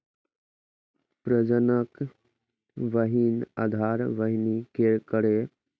प्रजनक बीहनि आधार बीहनि केर उत्पादन लेल सय प्रतिशत भौतिक आ आनुवंशिक होइ छै